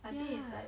ya